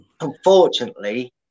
unfortunately